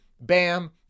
Bam